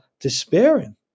despairing